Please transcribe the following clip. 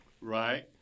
Right